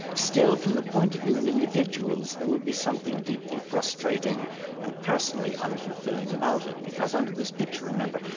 still from the point of view of individuals, there would be something deeply frustrating and personally unfulfilling about it. because under this picture remember,